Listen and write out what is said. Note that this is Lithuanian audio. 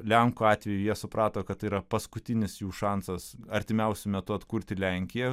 lenkų atveju jie suprato kad tai yra paskutinis jų šansas artimiausiu metu atkurti lenkiją